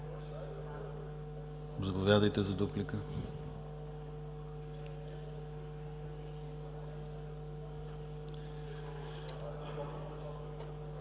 Заповядайте за дуплика.